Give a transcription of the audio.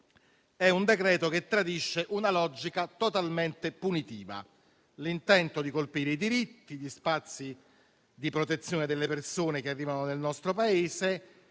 è un decreto che tradisce una logica totalmente punitiva - con l'intento di colpire i diritti e gli spazi di protezione delle persone che arrivano nel nostro Paese